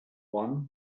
one